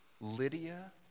Lydia